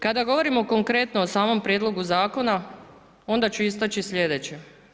Kada govorimo konkretno o samom prijedlogu zakona, onda ću istaći sljedeće.